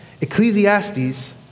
Ecclesiastes